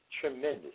tremendous